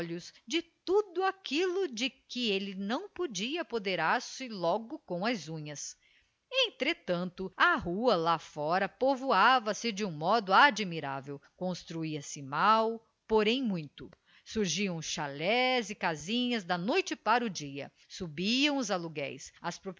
de tudo aquilo de que ele não podia apoderar-se logo com as unhas entretanto a rua lá fora povoava se de um modo admirável construía se mal porém muito surgiam chalés e casinhas da noite para o dia subiam os aluguéis as